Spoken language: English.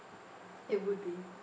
it would be